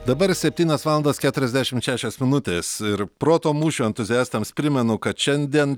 dabar septynios valandos keturiasdešimt šešios minutės ir proto mūšio entuziastams primenu kad šiandien